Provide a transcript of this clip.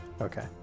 Okay